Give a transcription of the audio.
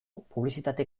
publizitate